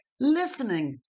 listening